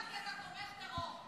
משתלחים בך כי אתה תומך טרור.